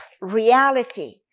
reality